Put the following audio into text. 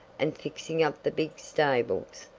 and fixing up the big stables.